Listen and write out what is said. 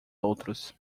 outros